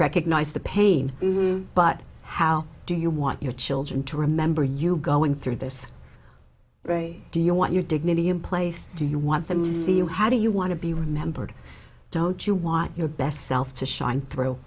recognize the pain but how do you want your children to remember you going through this do you want your dignity in place do you want them to see you how do you want to be remembered don't you want your best self to shine through